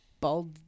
bald